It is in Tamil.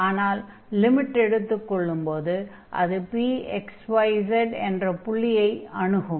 ஆனால் லிமிட் எடுத்துக் கொள்ளும்போது அது Px y z என்ற புள்ளியை அணுகும்